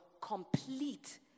complete